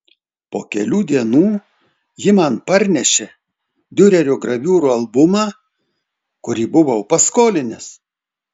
po kelių dienų ji man parnešė diurerio graviūrų albumą kurį buvau paskolinęs